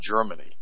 Germany